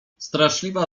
straszliwa